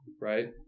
right